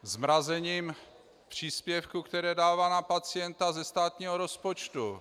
Zmrazením příspěvků, které dává na pacienta ze státního rozpočtu.